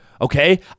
Okay